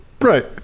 right